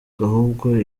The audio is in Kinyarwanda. ahubwo